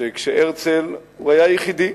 שכשהרצל, הוא היה יחידי,